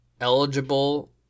Eligible